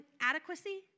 adequacy